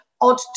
odd